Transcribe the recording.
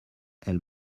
elle